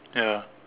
ya